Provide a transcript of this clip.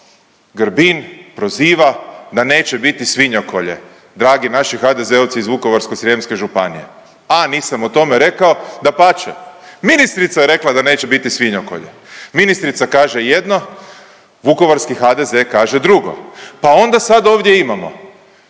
Grbin proziva da neće biti svinokolje dragi naši HDZ-ovci iz Vukovarsko-srijemske županije, „a“ nisam o tome rekao. Dapače ministrica je rekla da neće biti svinokolje. Ministrica kaže jedno, vukovarski HDZ kaže drugo. Pa onda sad ovdje imamo